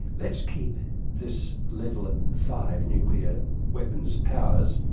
let's keep this level at five nuclear weapons powers,